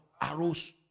arrows